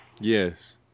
Yes